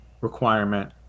requirement